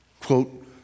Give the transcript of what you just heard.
quote